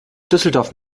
düsseldorf